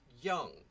young